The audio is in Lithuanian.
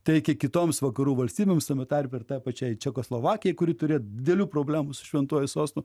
teikė kitoms vakarų valstybėms tame tarpe ir tai pačiai čekoslovakijai kuri turėjo didelių problemų su šventuoju sostu